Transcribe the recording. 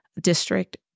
district